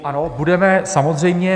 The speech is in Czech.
Ano, budeme, samozřejmě.